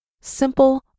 Simple